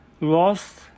lost